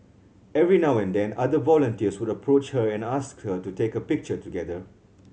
every now and then other volunteers would approach her and ask to take a picture together